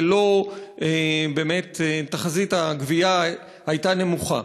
ולא שתחזית הגבייה הייתה באמת נמוכה.